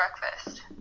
breakfast